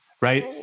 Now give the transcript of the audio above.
right